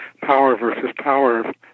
power-versus-power